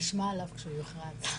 נשמע עליו כשהוא יוכרז.